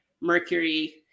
Mercury